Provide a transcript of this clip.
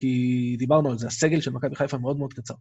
כי דיברנו על זה, הסגל של מכבי חיפה מאוד מאוד קצר.